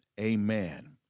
amen